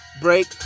break